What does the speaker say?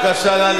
בבקשה לסיים.